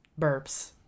burps